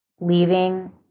leaving